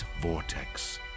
vortex